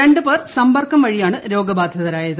രണ്ട് പേർ സമ്പർക്കം വഴിയാണ് രോഗബാധിതരായത്